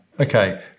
Okay